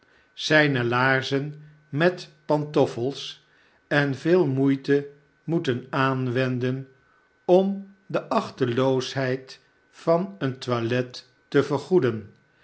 zijne laarzen met pantoffels en veel moeite moeten aanwenden om de achteloosheid van een toilet te vergoeden